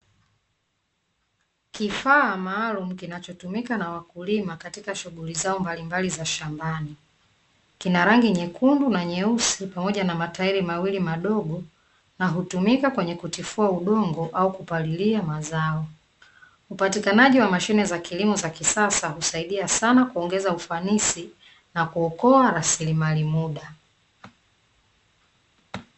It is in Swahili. Kifaa maalumu kinachotumika na wakulima katika shughuli zao mbalimbali za shambani, kinarangi nyekundu na nyeusi pamoja na matairi mawili madogo na hutumika kwenye kutifua udongo au kupalilia mazao. Upatikanaji wa mashine za kilimo za kisasa husaidia sana kuongeza ufanisi na kuokoa rasilimali muda.